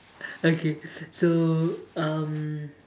okay so um